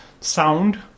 sound